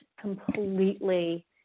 completely